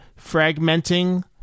fragmenting